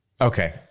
Okay